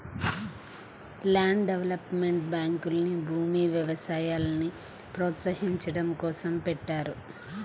land development బ్యాంకుల్ని భూమి, వ్యవసాయాల్ని ప్రోత్సహించడం కోసం పెట్టారు